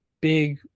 big